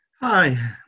Hi